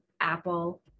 Apple